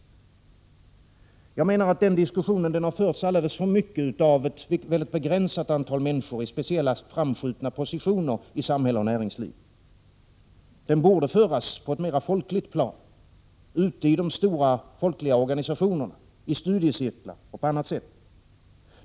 Jag menar att den diskussionen alldeles för mycket har förts av ett väldigt begränsat antal människor i speciellt framskjutna positioner i samhälle och näringsliv. Diskussionen borde föras på ett mera folkligt plan — ute i de stora folkliga organisationerna, i studiecirklar etc.